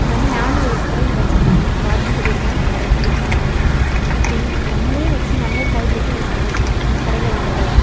ஏன்னா நானும் இடையில வைச்சிருந்துருக்கேன் நான் பாத்ரூம் கட்டியிருக்கேன் அந்த இடத்துல நான் வைச்சிருந்தேன் அப்படி நம்மளே வைச்சி நம்மளே காய் பறிக்கிற ஒரு சந்தோஷம் நம்ம கடையில் வாங்குறத விட